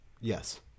Yes